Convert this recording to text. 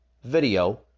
video